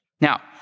Now